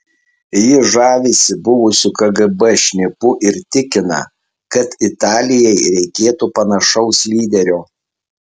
ji žavisi buvusiu kgb šnipu ir tikina kad italijai reikėtų panašaus lyderio